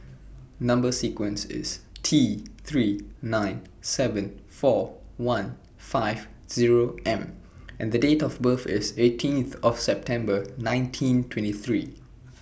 Number sequence IS T three nine seven four one five Zero M and Date of birth IS eighteenth of September nineteen twenty three